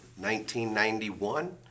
1991